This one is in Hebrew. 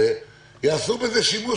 יעשו בזה שימוש,